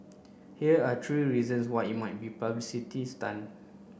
here are three reasons why it might be publicity stunt